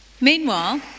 Meanwhile